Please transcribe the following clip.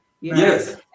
Yes